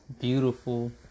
beautiful